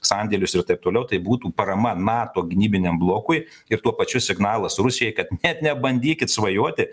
sandėlius ir taip toliau tai būtų parama nato gynybiniam blokui ir tuo pačiu signalas rusijai kad net nebandykit svajoti